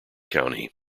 county